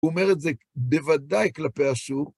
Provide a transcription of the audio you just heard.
הוא אומר את זה בוודאי כלפי אשור.